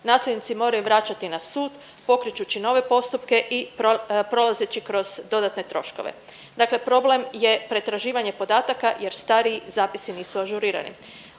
nasljednici moraju vraćati na sud pokrečući nove postupke i prolazeći kroz dodatne troškove. Dakle problem je pretraživanje podataka jer stariji zapisi nisu ažurirani.